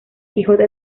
quijote